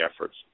efforts